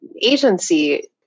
agency